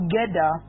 together